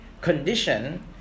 Condition